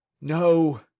no